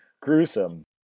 Gruesome